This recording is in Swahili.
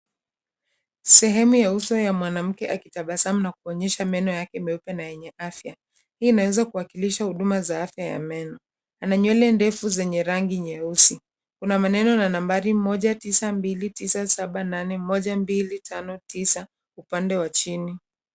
Sehemu ya uso ya mwanamke akitabasamu na kuonyesha meno yake meupe na yenye afya, hii ni inaeza kuwakilisha huduma za afya ya meno. Ana nywele ndefu zenye rangi nyeusi, kuna maneno na nambari, moja tisa mbili tisa saba nane moja mbili tano tisa upande wa chini.